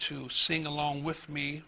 to sing along with me